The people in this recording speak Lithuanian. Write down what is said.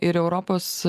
ir europos